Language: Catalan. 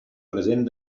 present